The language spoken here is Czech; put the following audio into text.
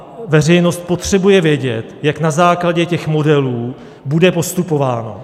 A veřejnost potřebuje vědět, jak na základě těch modelů bude postupováno.